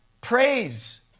Praise